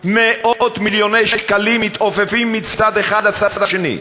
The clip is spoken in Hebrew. מאות-מיליוני שקלים מתעופפים מצד אחד לצד השני,